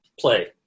play